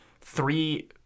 three